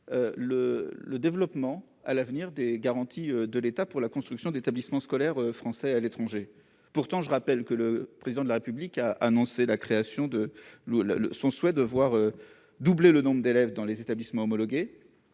sa position sur les garanties de l'État pour la construction d'établissements scolaires français à l'étranger. Or le Président de la République a annoncé son souhait de voir doubler le nombre d'élèves dans les établissements homologués